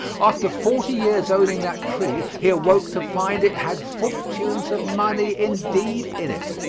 after forty years owning that tree he awoke to find it had fortunes of money indeed in it.